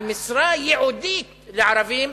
על משרה ייעודית לערבים,